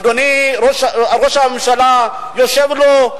אדוני ראש הממשלה יושב לו,